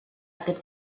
aquest